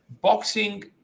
boxing